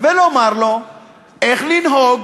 ולומר לו איך לנהוג,